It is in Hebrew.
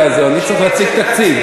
אני צריך להציג תקציב.